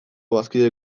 bazkide